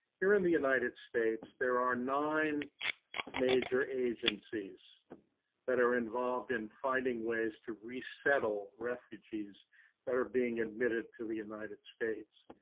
here in the united states there are nine major agencies that are involved in finding ways to resettle refugees that are being admitted to the united states.